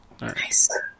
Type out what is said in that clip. Nice